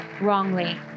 wrongly